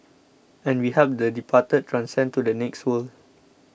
and we help the departed transcend to the next world